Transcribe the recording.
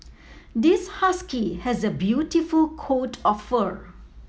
this husky has a beautiful coat of fur